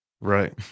Right